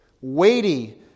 weighty